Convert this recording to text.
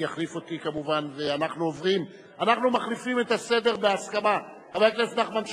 אנחנו עוברים להצעת החוק של חברת הכנסת גלאון,